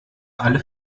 alle